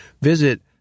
visit